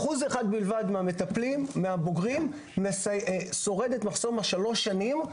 1% בלבד מהבוגרים שורד את מחסום שלוש השנים.